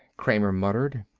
kramer murmured.